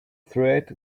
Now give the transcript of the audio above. threat